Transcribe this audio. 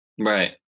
Right